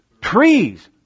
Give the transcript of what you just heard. Trees